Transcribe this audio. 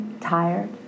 tired